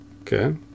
Okay